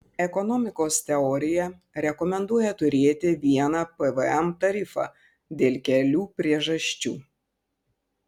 ekonomikos teorija rekomenduoja turėti vieną pvm tarifą dėl kelių priežasčių